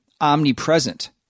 omnipresent